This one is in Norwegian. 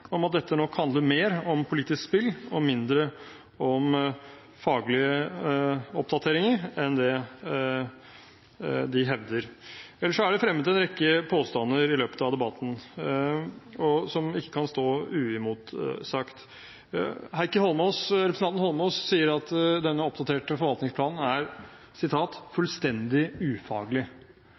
om at dette nok handler mer om politisk spill og mindre om faglige oppdateringer enn det de hevder. Ellers er det fremmet en rekke påstander i løpet av debatten som ikke kan stå uimotsagt. Representanten Heikki Eidsvoll Holmås sier at denne oppdaterte forvaltningsplanen er fullstendig ufaglig.